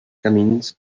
camins